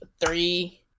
three